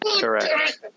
Correct